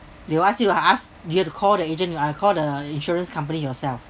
they will ask you to ask you have to call the agent uh call the insurance company yourself